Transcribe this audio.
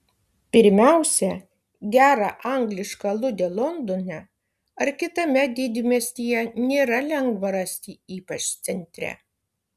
pirmiausia gerą anglišką aludę londone ar kitame didmiestyje nėra lengva rasti ypač centre